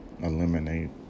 eliminate